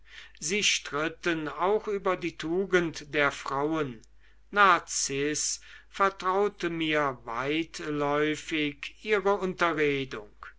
sie stritten auch über die tugend der frauen narziß vertraute mir weitläufig ihre unterredung